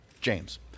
James